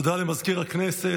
תודה למזכיר הכנסת.